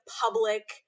public